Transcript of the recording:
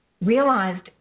realized